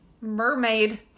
mermaid